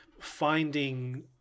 finding